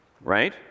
right